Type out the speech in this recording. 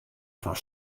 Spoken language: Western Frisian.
fan